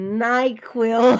nyquil